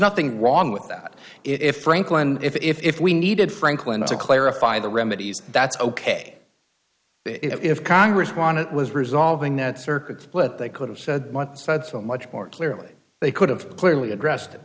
nothing wrong with that if franklin if we needed franklin to clarify the remedies that's ok if congress won it was resolving that circuit but they could have said said so much more clearly they could have clearly addressed